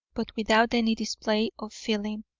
but without any display of feeling.